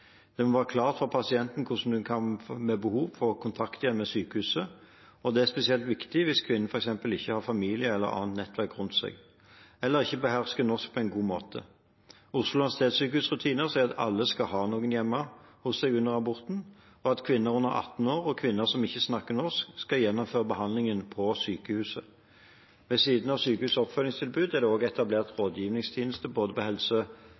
Det må være klart for pasienten hvordan hun ved behov kan få kontakt med sykehuset igjen. Det er spesielt viktig hvis kvinnen f.eks. ikke har familie eller annet nettverk rundt seg, eller ikke behersker norsk på en god måte. Oslo universitetssykehus’ rutiner sier at alle skal ha noen hjemme hos seg under aborten, og at kvinner under 18 år og kvinner som ikke snakker norsk, skal gjennomføre behandlingen på sykehuset. Ved siden av sykehusets oppfølgingstilbud er det også etablert rådgivningstjeneste både